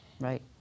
right